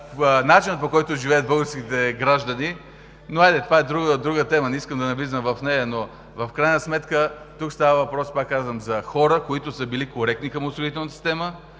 начина, по който живеят българските граждани, но това е друга тема. Не искам да навлизам в нея. В крайна сметка тук става въпрос, пак казвам, за хора, които са били коректни към осигурителната система,